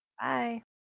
Bye